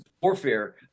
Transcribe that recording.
warfare